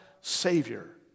Savior